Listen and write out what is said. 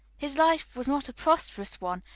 his life was not a prosperous one,